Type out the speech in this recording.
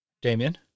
Damien